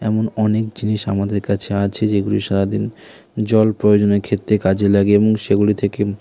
এমন অনেক জিনিস আমাদের কাছে আছে যেগুলি সারা দিন জল প্রয়োজনের ক্ষেত্রে কাজে লাগে এবং সেগুলি থেকে